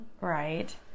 Right